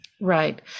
Right